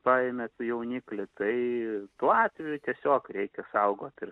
paėmė jauniklį tai tuo atveju tiesiog reikia saugot ir